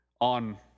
on